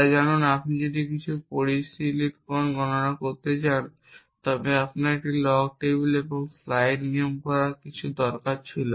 তা জানুন আপনি যদি কিছু পরিশীলিত গণনা করতে চান তবে আপনার একটি লগ টেবিল এবং স্লাইড নিয়ম বলে কিছু দরকার ছিল